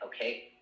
okay